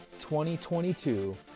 2022